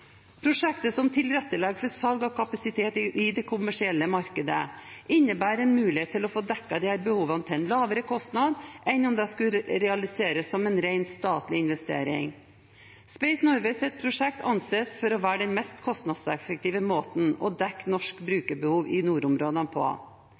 Prosjektet, som tilrettelegger for salg av kapasitet i det kommersielle markedet, innebærer en mulighet til å få dekket disse behovene til en lavere kostnad enn om dette skulle realiseres som en ren statlig investering. Space Norways prosjekt anses for å være den mest kostnadseffektive måten